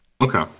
okay